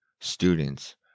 students